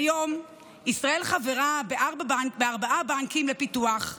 כיום ישראל חברה בארבעה בנקים לפיתוח,